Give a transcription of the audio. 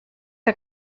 que